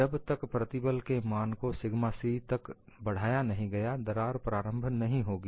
जब तक प्रतिबल के मान को सिग्मा c तक बढ़ाया नहीं गया दरार प्रारंभ नहीं होगी